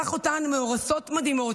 כך אותן מאורסות מדהימות,